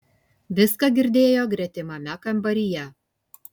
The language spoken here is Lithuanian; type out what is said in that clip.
viską girdėjo gretimame kambaryje